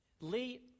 Lee